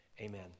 amen